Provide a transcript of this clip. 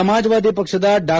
ಸಮಾಜವಾದಿ ಪಕ್ಷದ ಡಾ